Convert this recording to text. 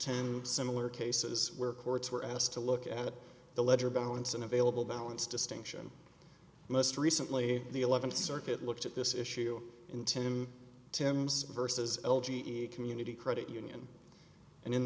ten similar cases where courts were asked to look at the ledger balance an available balance distinction most recently the th circuit looked at this issue in tim tim's vs l g e community credit union and in